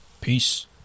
Peace